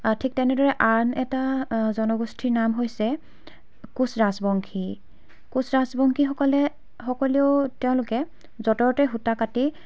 ঠিক তেনেদৰে আন এটা জনগোষ্ঠীৰ নাম হৈছে কোঁচ ৰাজবংশী কোঁচ ৰাজবংশীসকলে সকলেও তেওঁলোকে যঁতৰতে সূতা কাটি